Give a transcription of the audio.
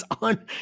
on